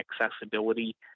accessibility